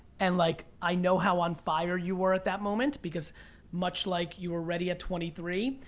and like, i know how on fire you were at that moment, because much like you were ready at twenty three,